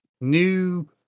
new